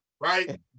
Right